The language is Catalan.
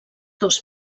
dos